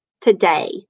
today